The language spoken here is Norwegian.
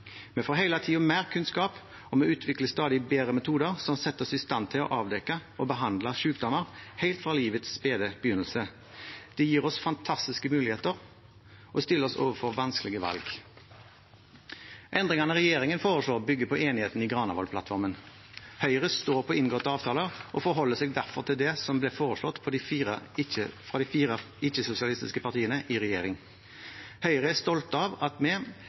Vi får hele tiden mer kunnskap, og vi utvikler stadig bedre metoder som setter oss i stand til å avdekke og behandle sykdommer helt fra livets spede begynnelse. Det gir oss fantastiske muligheter og stiller oss overfor vanskelige valg. Endringene regjeringen foreslår, bygger på enigheten i Granavolden-plattformen. Høyre står på inngåtte avtaler og forholder seg derfor til det som ble foreslått av de fire ikke-sosialistiske partiene i regjering. Høyre er stolt av at vi,